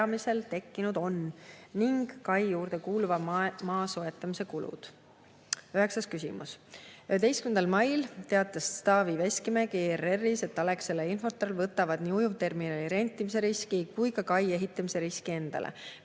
rajamisel tekkinud on, ning kai juurde kuuluva maa soetamise kulud. Üheksas küsimus: "11. mail 2022 teatas Taavi Veskimägi ERR-is, et Alexela ja Infortar võtavad nii ujuvterminali rentimise riski kui ka kai ehitamise riski endale.